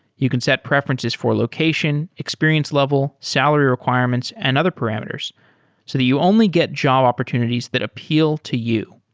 you can set preferences for location, experience level, salary requirements and other parameters so that you only get job opportunities that appeal to you.